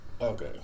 okay